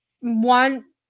one